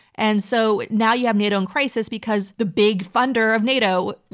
and so now you have nato in crisis because the big funder of nato,